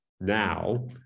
now